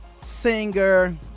Singer